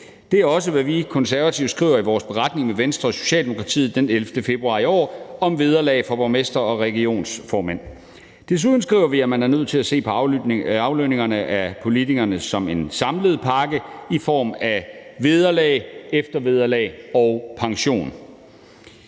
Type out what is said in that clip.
Det er jo også, hvad vi Konservative skriver i vores beretning med Venstre og Socialdemokratiet den 11. februar i år om vederlag for borgmestre og regionsrådsformænd. Desuden skriver vi, at man er nødt til at se på aflønningerne af politikerne som en samlet pakke i form af vederlag, eftervederlag og pension.